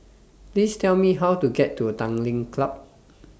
Please Tell Me How to get to Tanglin Club